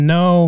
no